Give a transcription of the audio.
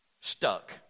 Stuck